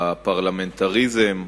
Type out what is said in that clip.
בפרלמנטריזם,